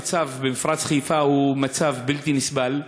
המצב במפרץ-חיפה הוא מצב בלתי נסבל.